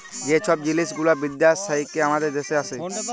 যে ছব জিলিস গুলা বিদ্যাস থ্যাইকে আমাদের দ্যাশে আসে